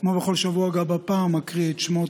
כמו בכל שבוע גם הפעם אקריא את שמות